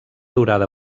durada